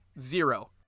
zero